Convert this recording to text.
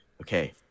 okay